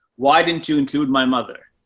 why didn't you include my mother?